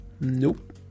Nope